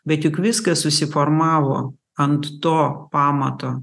bet juk viskas susiformavo ant to pamato